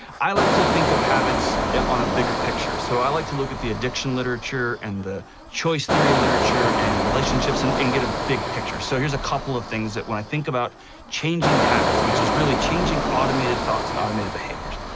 i like to think of habits on a bigger picture. so, i like to look at the addiction literature, and the choice theory literature, and relationships, and and get a big picture. so, here's a couple of things that, when i think about changing habits, which is really changing automated thoughts and automated behaviors.